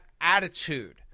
attitude